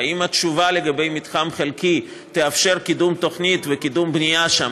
והאם התשובה לגבי מתחם חלקי תאפשר קידום תוכנית וקידום בנייה שם,